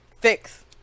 fix